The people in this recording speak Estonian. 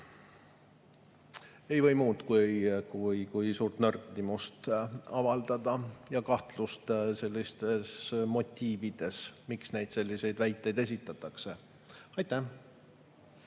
ei või muud kui suurt nördimust avaldada ja ka kahtlust motiivides, miks selliseid väiteid esitatakse. Jah,